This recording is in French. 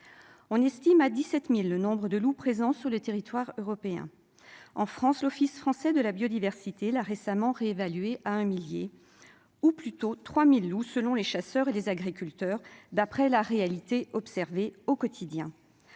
on estime à 17000 le nombre de loups présents sur le territoire européen en France, l'Office français de la biodiversité, là récemment réévalué à 1 millier ou plutôt 3000 ou selon les chasseurs et des agriculteurs, d'après la réalité observée au quotidien,